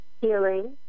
healing